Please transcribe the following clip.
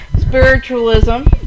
Spiritualism